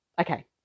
Okay